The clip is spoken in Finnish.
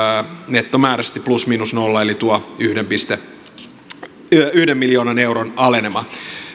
nettomääräisesti plus miinus nolla eli tuo yhden miljoonan euron alenema